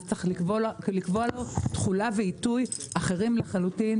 אז צריך לקבוע לו תחולה ועיתוי אחרים לחלוטין,